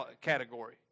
category